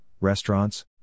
restaurants